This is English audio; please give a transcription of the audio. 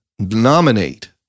nominate